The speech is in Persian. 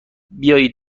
بیایید